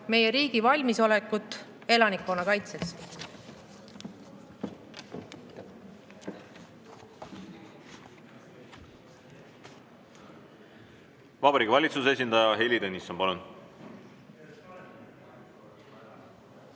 meie riigi valmisolekut elanikkonna kaitseks. Vabariigi Valitsuse esindaja Heili Tõnisson, palun!